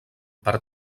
per